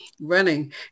running